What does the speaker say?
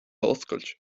oscailt